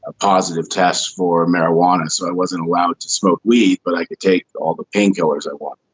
ah positive test for marijuana so i wasn't allowed to smoke weed. but i could take all the painkillers i want.